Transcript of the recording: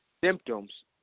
symptoms